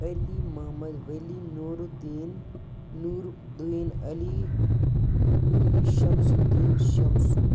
علی محمد ولی نوٗرُالٕدین نوٗرُالدین علی کُلی شَمسُ الدین شَمسوٗ